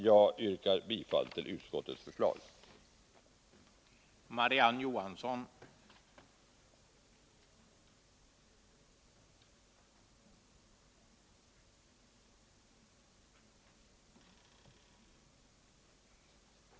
Jag yrkar bifall till utskottets hemställan.